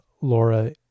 Laura